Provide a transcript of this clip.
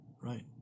right